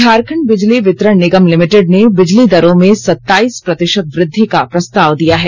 झारखंड बिजली वितरण निगम लिमिटेड ने बिजली दरों में सताइस प्रतिशत वृद्धि का प्रस्ताव दिया है